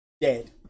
Dead